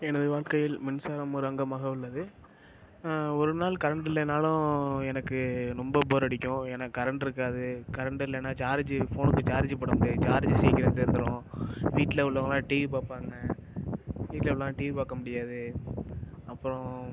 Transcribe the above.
எனது வாழ்க்கையில் மின்சாரம் ஒரு அங்கமாக உள்ளது ஒரு நாள் கரண்ட் இல்லைன்னாலும் எனக்கு ரொம்ப போர் அடிக்கும் ஏன்னா கரண்ட் இருக்காது கரண்ட்டு இல்லைன்னா சார்ஜு ஃபோனுக்கு சார்ஜ் போட முடியாது சார்ஜு சீக்கிரம் தீந்துடும் வீட்டில் உள்ளவங்கள்லாம் டிவி பார்ப்பாங்க வீட்டில் உள்ளவங்கள்லாம் டிவி பார்க்க முடியாது அப்பறம்